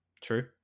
True